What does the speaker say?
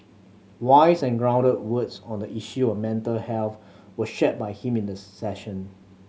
wise and grounded words on the issue of mental health were shared by him in the session